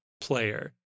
player